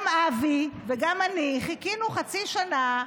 גם אבי וגם אני חיכינו חצי שנה,